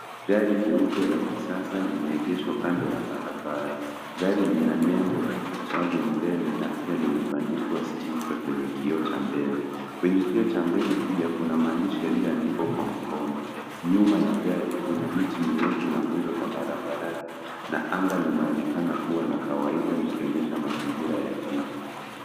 Gari jeupe la kisasa limeegeshwa kando ya barabara. Gari lina nembo ya Volkwswagen mbele na pia limebandikwa stika kwenye kioo cha mbele. Kwenye kioo cha mbele pia kuna maandishi yaliyoandikwa mkono. Nyuma ya gari, kuna miti mirefu na nguzo za barabarani na anga linaonekana kuwa la kawaida likionyesha mazingira ya jiji.